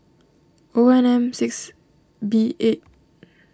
NM six B eight